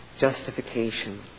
justification